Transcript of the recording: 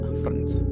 friends